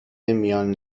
میان